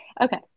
okay